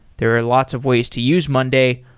there are lots of ways to use monday,